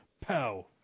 Pow